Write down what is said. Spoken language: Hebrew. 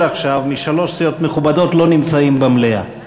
עכשיו משלוש סיעות מכובדות לא נמצאים במליאה,